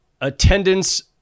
attendance